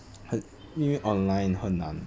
很因为 online 很难